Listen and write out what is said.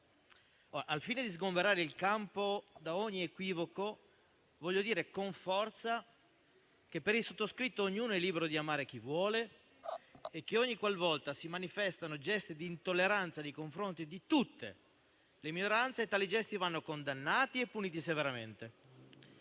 al fine di sgombrare il campo da ogni equivoco, voglio dire con forza che, per il sottoscritto, ognuno è libero di amare chi vuole e che, ogni qualvolta si manifestano gesti di intolleranza nei confronti di tutte le minoranze, questi vanno condannati e puniti severamente.